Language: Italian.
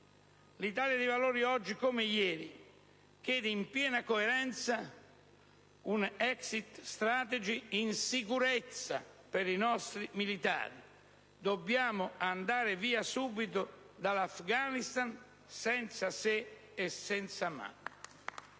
L'Italia dei Valori, oggi come ieri, chiede in piena coerenza una *exit strategy*, in sicurezza per i nostri militari. Dobbiamo andare via subito dall'Afghanistan, senza se e senza ma.